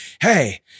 hey